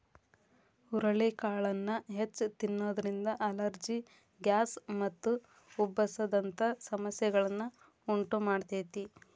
ಹುರಳಿಕಾಳನ್ನ ಹೆಚ್ಚ್ ತಿನ್ನೋದ್ರಿಂದ allergy, gas ಮತ್ತು ಉಬ್ಬಸ ದಂತ ಸಮಸ್ಯೆಗಳನ್ನ ಉಂಟಮಾಡ್ತೇತಿ